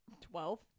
Twelve